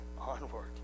onward